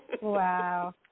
Wow